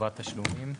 חברת תשלומים.